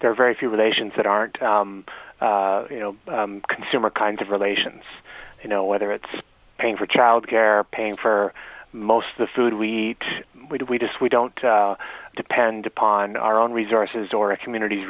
their very few relations that aren't you know consumer kinds of relations you know whether it's paying for child care paying for most the food we eat we do we just we don't depend upon our own resources or a communit